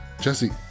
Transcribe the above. Jesse